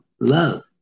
Love